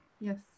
Yes